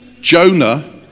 Jonah